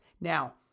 Now